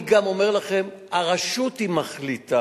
אני גם אומר לכם, הרשות מחליטה.